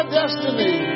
destiny